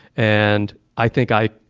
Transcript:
and i think i,